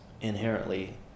inherently